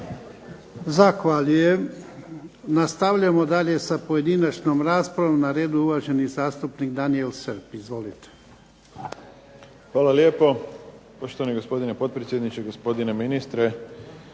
Zahvaljujem. Nastavljamo dalje sa pojedinačnom raspravom. Na redu je uvaženi zastupnik Daniel Srb. Izvolite. **Srb, Daniel (HSP)** Hvala lijepo, poštovani gospodine potpredsjedniče. Gospodine ministre,